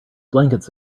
blankets